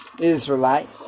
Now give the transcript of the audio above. Israelite